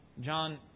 John